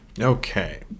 Okay